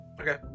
Okay